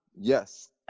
Yes